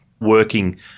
working